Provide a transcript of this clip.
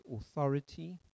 authority